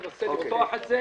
ננסה לפתוח את זה.